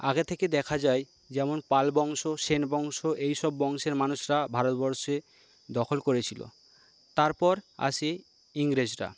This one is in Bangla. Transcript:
আগে থেকে দেখা যায় যেমন পাল বংশ সেন বংশ এইসব বংশের মানুষেরা ভারতবর্ষে দখল করেছিল তারপর আসি ইংরেজরা